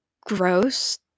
gross